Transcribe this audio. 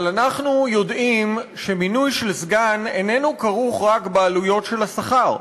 אבל אנחנו יודעים שמינוי של סגן איננו כרוך רק בעלויות של השכר.